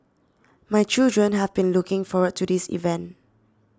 my children have been looking forward to this event